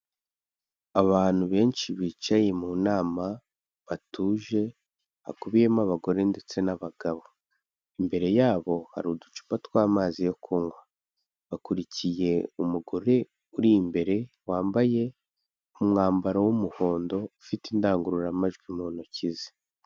Abantu benshi bicaye mu nama batuje hakubiyemo abagore ndetse n'abagabo, imbere yabo hari uducupa t tw'amazi yo kunywa bakurikiye umugore uri imbere wambaye umwambaro w'umuhondo ufite indangururamajwi mu ntoki ze.